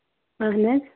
اَہَن حظ